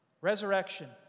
Resurrection